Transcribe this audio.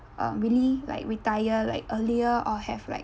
uh really like retire like earlier or have like